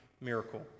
miracle